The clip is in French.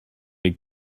est